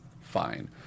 Fine